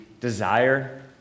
desire